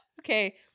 Okay